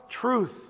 Truth